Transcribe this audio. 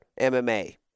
MMA